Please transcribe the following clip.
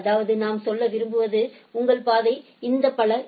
அதாவது நாம் சொல்ல விரும்புவது உங்கள் பாதை இந்த பல ஏ